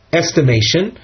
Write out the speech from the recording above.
estimation